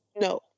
No